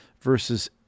versus